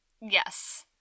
Yes